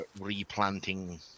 replanting